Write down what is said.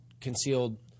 Concealed